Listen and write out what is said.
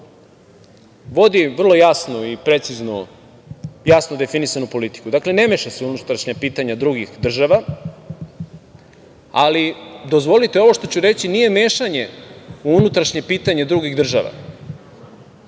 vodi vrlo jasnu i preciznu, jasno definisanu politiku. Dakle, ne meša se u unutrašnja pitanja drugih država, ali, dozvolite, ovo što ću reći nije mešanje u unutrašnje pitanje drugih država,